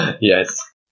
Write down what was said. Yes